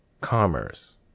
commerce